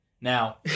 Now